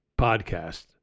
podcast